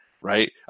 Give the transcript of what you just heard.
right